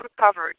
recovered